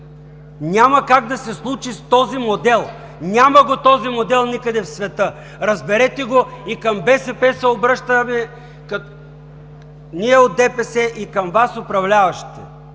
няма как да се случи с този модел. Няма го този модел никъде в света! Разберете го! Ние от ДПС се обръщаме и към БСП, и към Вас – управляващите: